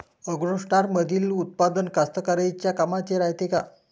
ॲग्रोस्टारमंदील उत्पादन कास्तकाराइच्या कामाचे रायते का?